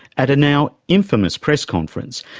at a now infamous press conference,